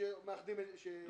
ואני